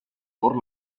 por